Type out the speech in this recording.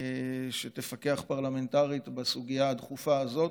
שתפקח פרלמנטרית על הסוגיה הדחופה הזאת.